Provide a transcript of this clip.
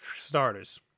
Starters